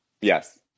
Yes